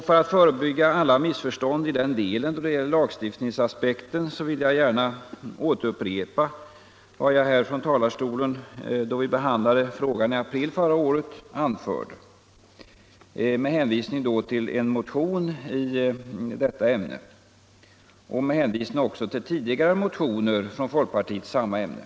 För att förebygga alla missförstånd när det gäller lagstiftningsaspekten vill jag gärna upprepa vad jag anförde från denna talarstol då vi behandlade frågan i april förra året — då med hänvisning till en motion i detta ämne och också till tidigare motioner från folkpartiet i samma ämne.